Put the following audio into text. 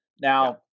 Now